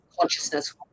consciousness